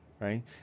right